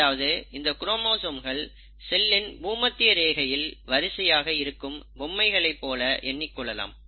அதாவது இந்த குரோமோசோம்கள் செல்லின் பூமத்திய ரேகையில் வரிசையாக இருக்கும் பொம்மைகளைப் போல எண்ணிக் கொள்ளலாம்